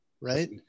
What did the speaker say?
right